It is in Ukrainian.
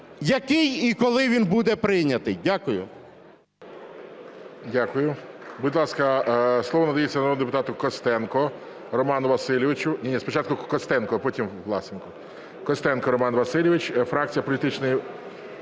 який і коли він буде прийнятий. Дякую.